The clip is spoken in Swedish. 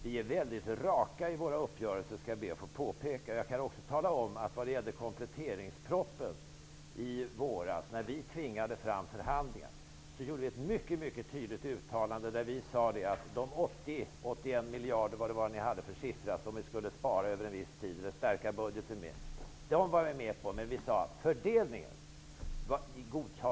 Vi är väldigt raka i våra uppgörelser, ber jag att få påpeka. När vi i Ny demokrati i våras tvingade fram förhandlingar vad gäller kompletteringspropositionen, uttalade vi oss mycket tydligt. Vi sade att vi gick med på att över viss tid förstärka budgeten med ca 80 miljarder kronor men att vi inte godtog fördelningen.